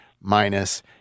minus